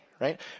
right